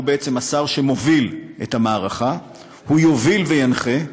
שהוא בעצם השר שמוביל את המערכה, יוביל וינחה,